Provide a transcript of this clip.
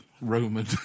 Roman